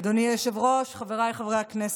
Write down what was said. אדוני היושב-ראש, חבריי חברי הכנסת,